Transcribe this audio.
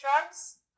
drugs